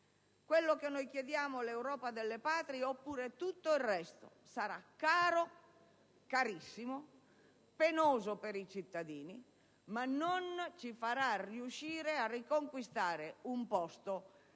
quello che noi chiediamo è l'Europa delle Patrie - oppure tutto il resto sarà caro, carissimo, penoso per i cittadini, ma non ci farà riuscire a riconquistare un posto